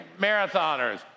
marathoners